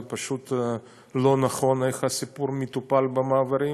זה פשוט לא נכון, איך הסיפור מטופל במעברים.